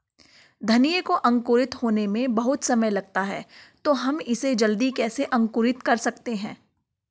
धनिया को अंकुरित होने में बहुत समय लगता है तो हम इसे जल्दी कैसे अंकुरित कर सकते हैं?